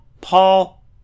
Paul